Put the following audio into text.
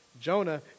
Jonah